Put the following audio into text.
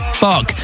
fuck